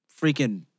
freaking